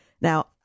Now